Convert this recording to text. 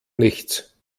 nichts